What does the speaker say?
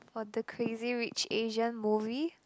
for the crazy rich asian movie